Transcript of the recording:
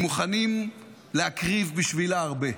הם מוכנים להקריב בשבילה הרבה.